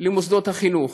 של מוסדות חינוך.